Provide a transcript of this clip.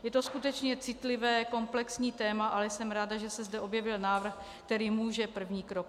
Je to skutečně citlivé komplexní téma, ale jsem ráda, že se zde objevil návrh, který může udělat první krok.